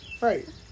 Right